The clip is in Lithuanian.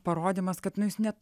parodymas kad nu jis ne